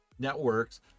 networks